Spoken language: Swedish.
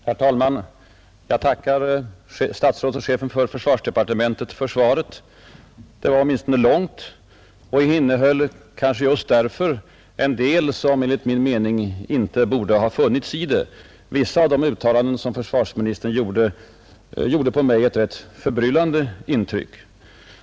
Herr talman! Jag tackar herr försvarsministern för svaret. Det var åtminstone långt och innehöll kanske just därför en del som enligt min mening inte borde ha funnits i det — vissa av försvarsministerns uttalanden gjorde på mig ett rätt förbryllande intryck.